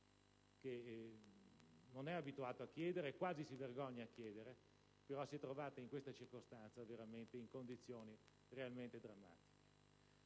che non è abituata a chiedere e quasi si vergogna chiedere, ma si è trovata in questa circostanza in condizioni realmente drammatiche.